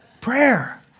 Prayer